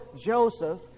Joseph